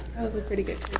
was was pretty good.